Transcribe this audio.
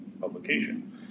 publication